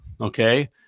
okay